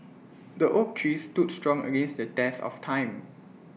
the oak tree stood strong against the test of time